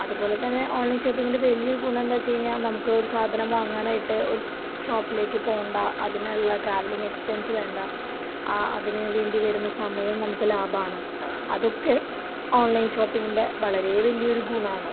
അതുപോലെ തന്നെ ഓൺലൈൻ ഷോപ്പിങ്ങിൻ്റെ വലിയൊരു ഗുണം എന്താണെന്ന് വെച്ച് കഴിഞ്ഞാൽ നമുക്ക് സാധനം വാങ്ങാനായിട്ട് ഒരു ഷോപ്പിലേക്ക് പോകേണ്ട അതിനുള്ള ട്രാവലിംഗ് എക്സ്പെൻസ് വേണ്ട അതിന് വേണ്ടി വരുന്ന സമയം നമുക്ക് ലാഭമാണ് അതൊക്കെ ഓൺലൈൻ ഷോപ്പിങ്ങിൻ്റെ വളരെ വലിയൊരു ഗുണമാണ്